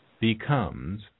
becomes